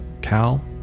Cal